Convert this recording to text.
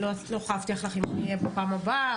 אני לא יכולה להבטיח לך אם אני אהיה בפעם הבאה,